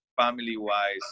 family-wise